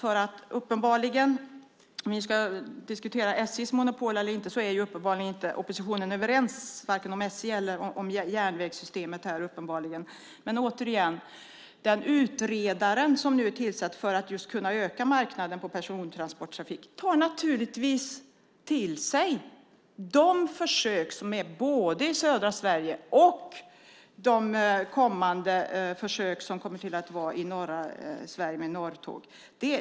Om vi ska diskutera SJ:s monopol är ju uppenbarligen oppositionen inte överens. Den är uppenbarligen inte överens om vare sig SJ eller järnvägssystemet. Återigen: Den utredare som är tillsatt för att kunna öka marknaden för persontransporttrafik tar naturligtvis till sig de försök som finns i södra Sverige och de kommande försöken i norra Sverige med Norrtåg.